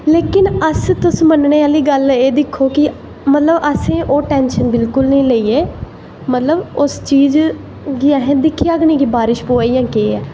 लेकिन अस तुस मन्ने आह्ली गल्ल एह् दिक्खो कि मतलव असें ओह् टैंशन बिल्कुल नी लेइये मतलव उस चीज गी असैं दिक्खेआ गै नी कि बारिश पवा दी ऐ जां केह् ऐ